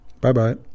Bye-bye